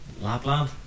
Lapland